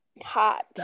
hot